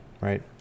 right